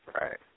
Right